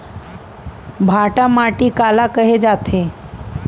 भांटा माटी काला कहे जाथे?